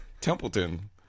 Templeton